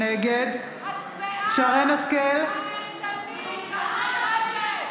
נגד שרן מרים השכל,